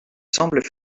semble